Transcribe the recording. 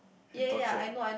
and tortured